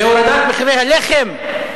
בהורדת מחירי הלחם?